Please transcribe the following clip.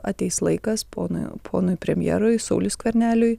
ateis laikas ponui ponui premjerui sauliui skverneliui